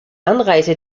anreise